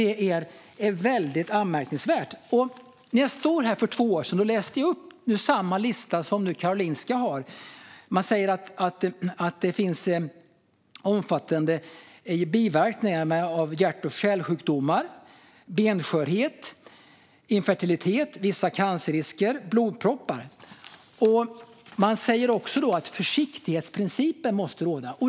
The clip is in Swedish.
Det är anmärkningsvärt. För två år sedan läste jag upp samma lista som Karolinska nu har. Där framgår att det är fråga om omfattande biverkningar, exempelvis hjärt-kärlsjukdomar, benskörhet, infertilitet, vissa cancerrisker och blodproppar. Man säger också att försiktighetsprincipen måste råda.